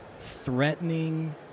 threatening